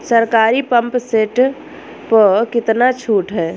सरकारी pump set प कितना छूट हैं?